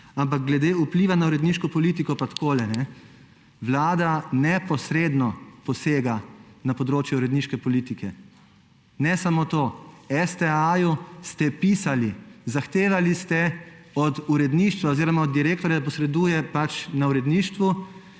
Ampak glede vpliva na uredniško politiko pa takole, vlada neposredno posega na področje uredniške politike. Ne samo to, STA ste pisali, zahtevali ste od direktorja, da posreduje na uredništvu,